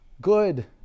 Good